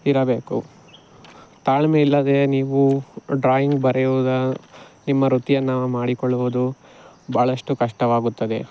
ಇರಬೇಕು ತಾಳ್ಮೆ ಇಲ್ಲದೆ ನೀವು ಡ್ರಾಯಿಂಗ್ ಬರೆಯುವುದು ನಿಮ್ಮ ವೃತ್ತಿಯನ್ನು ಮಾಡಿಕೊಳ್ಳುವುದು ಬಹಳಷ್ಟು ಕಷ್ಟವಾಗುತ್ತದೆ